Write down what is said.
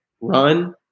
run